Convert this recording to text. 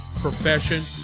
profession